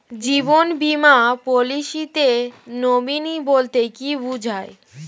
জীবন বীমা পলিসিতে নমিনি বলতে কি বুঝায়?